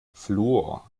fluor